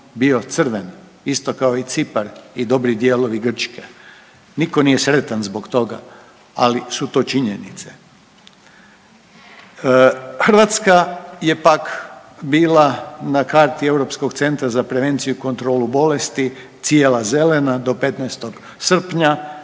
bio crven isto kao i Cipar i dobri dijelovi Grčke. Niko nije sretan zbog toga, ali su to činjenice. Hrvatska je pak bila na karti Europskog centra za prevenciju i kontrolu bolesti cijela zelena do 15. srpnja